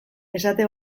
esate